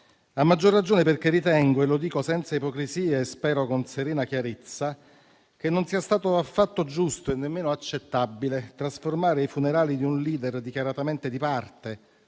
a maggior ragione perché ritengo - e lo dico senza ipocrisie e spero con serena chiarezza - che non sia stato affatto giusto e nemmeno accettabile trasformare i funerali di un *leader* dichiaratamente di parte,